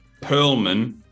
Perlman